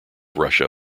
russia